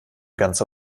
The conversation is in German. ganze